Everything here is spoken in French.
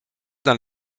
dans